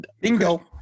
bingo